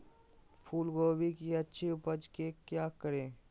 फूलगोभी की अच्छी उपज के क्या करे?